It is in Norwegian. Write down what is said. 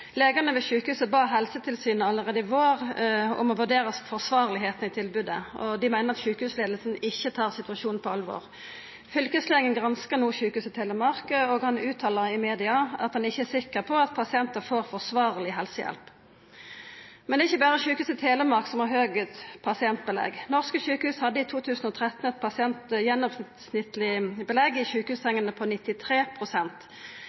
Legane ved sjukehuset bad Helsetilsynet allereie i vår om å vurdera om tilbodet er forsvarleg, og dei meiner at sjukehusleiinga ikkje tar situasjonen på alvor. Fylkeslegen granskar no Sjukehuset Telemark, og han uttala i media at han ikkje er sikker på at pasientar får forsvarleg helsehjelp. Men det er ikkje berre Sjukehuset Telemark som har høgt pasientbelegg. Norske sjukehus hadde i 2013 eit gjennomsnittleg belegg i